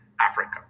Africa